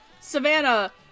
Savannah